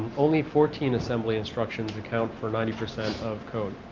only fourteen assembly instructions account for ninety percent of code.